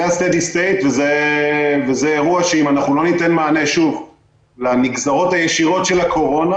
זה אירוע שאם לא ניתן מענה לנגזרות הישירות של הקורונה